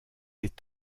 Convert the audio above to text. est